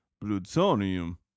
Plutonium